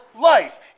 life